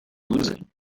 losing